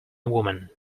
woman